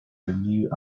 renew